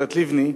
הגברת לבני,